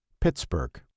Pittsburgh